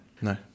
No